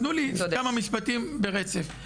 תנו לי כמה משפטים ברצף.